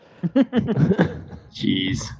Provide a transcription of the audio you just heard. Jeez